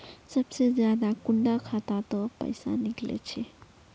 सबसे ज्यादा कुंडा खाता त पैसा निकले छे?